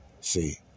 See